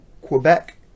Quebec